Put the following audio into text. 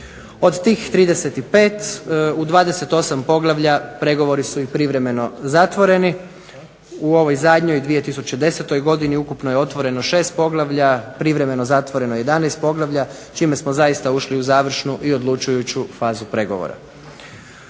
Od tih 35 u 28 poglavlja pregovori su i privremeno zatvoreni. U ovoj zadnjoj 2010. godini ukupno je otvoreno 6 poglavlja, privremeno zatvoreno 11 poglavlja čime smo zaista ušli u završnu i odlučujuću fazu pregovora.